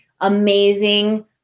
amazing